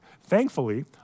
Thankfully